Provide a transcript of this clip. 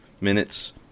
minutes